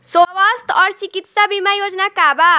स्वस्थ और चिकित्सा बीमा योजना का बा?